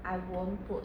I want put